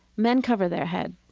men cover their head,